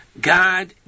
God